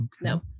No